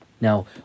Now